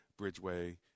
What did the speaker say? Bridgeway